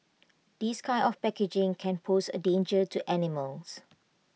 this kind of packaging can pose A danger to animals